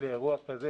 לאירוע כזה,